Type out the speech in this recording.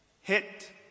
Hit